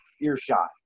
earshot